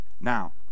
Now